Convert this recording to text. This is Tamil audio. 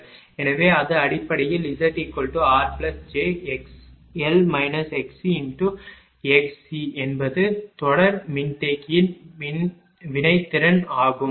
எனவே இது அடிப்படையில் Zrj x c என்பது தொடர் மின்தேக்கியின் வினைத்திறன் ஆகும்